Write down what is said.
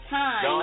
time